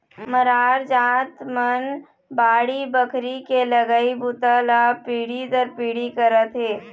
मरार जात मन बाड़ी बखरी के लगई बूता ल पीढ़ी दर पीढ़ी करत हे